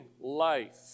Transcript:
life